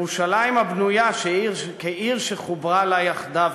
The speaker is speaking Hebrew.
"ירושלם הבנויה כעיר שחֻברה לה יחדו",